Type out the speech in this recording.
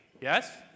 Yes